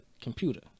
computer